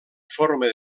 forma